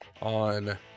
on